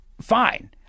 fine